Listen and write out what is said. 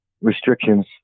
restrictions